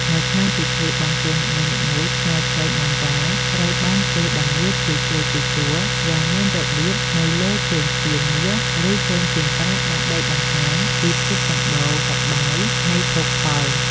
នៅក្នុងពិធីបុណ្យទាននីមួយៗផ្លែចេកណាំវ៉ាត្រូវបានគេតម្រៀបជាជួរៗយ៉ាងមានរបៀបនៅលើជើងពានមាស ឬជើងពានប្រាក់ដើម្បីបង្ហាញពីភាពសម្បូរសប្បាយនៃភោគផល។